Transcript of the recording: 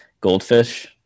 Goldfish